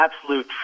absolute